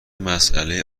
مساله